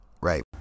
right